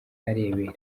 arebera